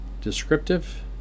descriptive